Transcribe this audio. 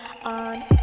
on